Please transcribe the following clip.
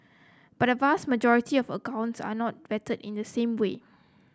but a vast majority of accounts are not vetted in the same way